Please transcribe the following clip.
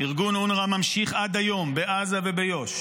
ארגון אונר"א ממשיך עד היום בעזה וביו"ש